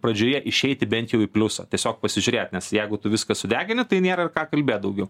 pradžioje išeiti bent jau į pliusą tiesiog pasižiūrėt nes jeigu tu viską sudegina tai nėra ką kalbėt daugiau